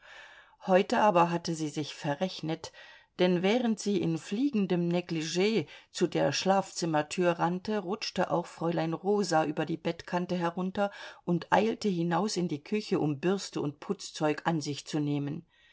heute aber hatte sie sich verrechnet denn während sie in fliegendem neglig zu der schlafzimmertür rannte rutschte auch fräulein rosa über die bettkante herunter und eilte hinaus in die küche um bürste und putzzeug an sich zu nehmen